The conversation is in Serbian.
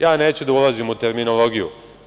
Ja neću da ulazim u terminologiju.